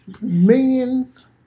millions